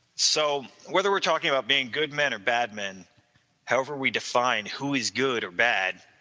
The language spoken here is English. so whether we're talking about being good men or bad men however, we define who is good or bad.